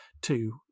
two